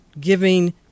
giving